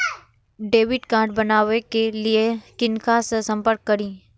Debit card बनावे के लिए किनका से संपर्क करी?